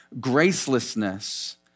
gracelessness